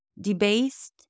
debased